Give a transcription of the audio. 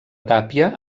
tàpia